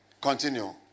Continue